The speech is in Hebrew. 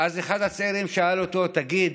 ואז אחר הצעירים שאל אותו: תגיד,